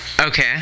Okay